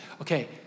okay